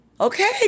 Okay